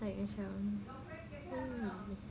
like macam !ee!